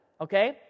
Okay